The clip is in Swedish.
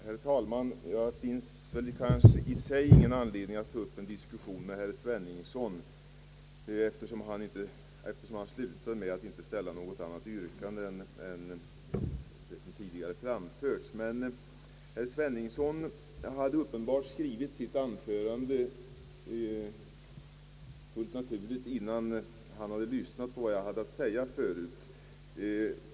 Herr talman! Det finns kanske i och för sig ingen anledning att ta upp en diskussion med herr Sveningsson eftersom han slutade med att inte ställa något annat yrkande än det som tidigare har framförts. Herr Sveningsson hade uppenbarligen skrivit sitt anförande innan han hade lyssnat på vad jag hade att säga.